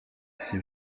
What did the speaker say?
c’est